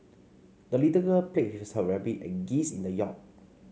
the little girl played with her rabbit and geese in the yard